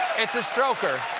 it's a stroker.